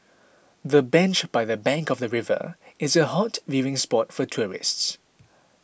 the bench by the bank of the river is a hot viewing spot for tourists